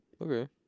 Okay